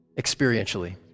experientially